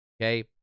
okay